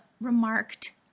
remarked